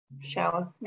shower